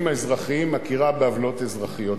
הנזיקין האזרחיים מכירה בעוולות אזרחיות.